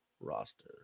roster